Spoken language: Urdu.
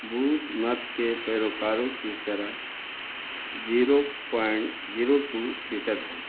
بدھ مت کے پیروکاروں کی شرح زیرو پوائنٹ زیرو ٹو فیصد ہے